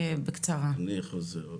אני חוזר,